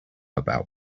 about